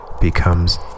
becomes